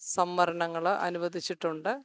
സംവരണങ്ങൾ അനുവദിച്ചിട്ടുണ്ട്